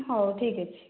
ହେଉ ଠିକ ଅଛି